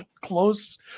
close